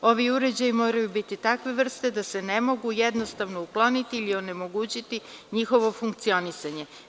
Ovi uređaji moraju biti takve vrste da se ne mogu jednostavno ukloniti ili onemogućiti njihovo funkcionisanje.